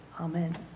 Amen